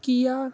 Kia